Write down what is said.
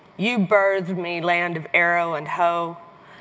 you birthed me, land of arrow and hoe,